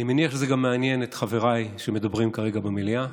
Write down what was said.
אני מניח שזה גם מעניין את חבריי שמדברים כרגע במליאה.